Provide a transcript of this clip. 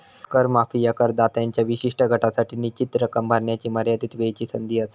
कर माफी ह्या करदात्यांच्या विशिष्ट गटासाठी निश्चित रक्कम भरण्याची मर्यादित वेळची संधी असा